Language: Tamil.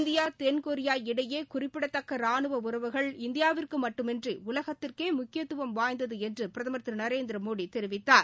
இந்தியா தென்கொரியா இடையே குறிப்பிடத்தக்க ரானுவ உறவுகள் இந்தியாவிற்கு மட்டுமின்றி உலகத்திற்கே முக்கியத்துவம் வாய்ந்தது என்று பிரதமர் திரு நரேந்திர மோடி தெரிவித்தார்